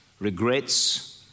regrets